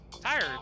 tired